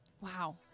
Wow